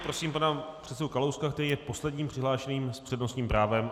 Prosím pana předsedu Kalouska, který je posledním přihlášeným s přednostním právem.